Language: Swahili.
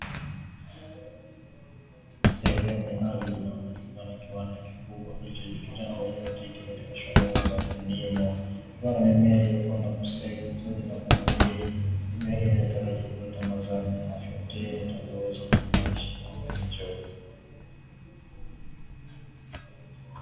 Sehemu ya ardhi inayomilikiwa na kiwanda kikubwa kilichojikita na kujizatiti katika shughuli za kilimo, kukiwa na mimea ilikua na kustawi vizuri na kunawiri, mimea hiyo inatarajiwa kuleta mazao yenye afya tele yenye uwezo wa kunufaisha kiwanda hicho.